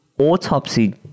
autopsy